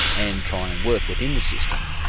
and try and work within the system.